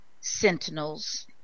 sentinels